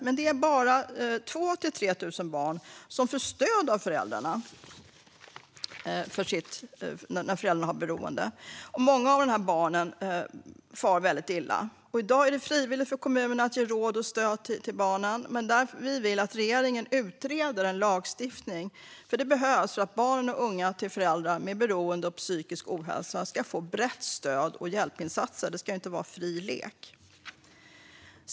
Men det är bara 2 000-3 000 barn med föräldrar som har ett beroende som får stöd. Många av barnen far illa. I dag är det frivilligt för kommunerna att ge råd och stöd till barnen, men vi vill att regeringen utreder en lagstiftning. Det behövs så att barn och unga till föräldrar med beroende och psykisk ohälsa ska få brett stöd och hjälpinsatser. Det ska inte vara fri lek.